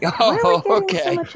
Okay